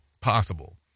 possible